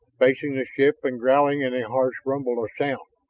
facing the ship and growling in a harsh rumble of sound.